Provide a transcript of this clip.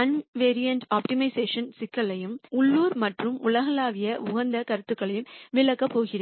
univariate optimization சிக்கலையும் உள்ளூர் மற்றும் உலகளாவிய உகந்த கருத்துகளையும் விளக்கப் போகிறேன்